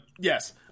Yes